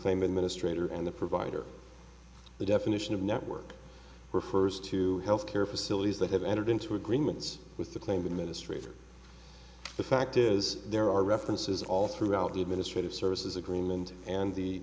claim administrator and the provider the definition of network refers to health care facilities that have entered into agreements with the claimant ministry for the fact is there are references all throughout the administrative services agreement and the